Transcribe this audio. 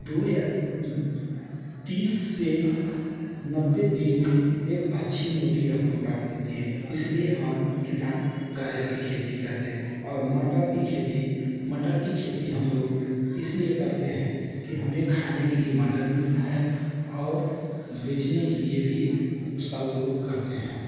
दो या तीस से नब्बे दिन में एक अच्छी मोटी रकम प्राप्त होती है इसलिए हम किसान गाजर की खेती करते हैं और मटर की खेती मटर मटर की खेती हम लोग इसलिए करते हैं कि हमें खाने के लिए मटर मिलता है और बेचने के लिए भी उसका उपयोग करते हैं